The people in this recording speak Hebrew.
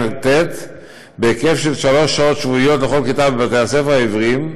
עד ט' בהיקף של שלוש שעות שבועיות לכל כיתה בבתי-הספר העבריים,